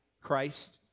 Christ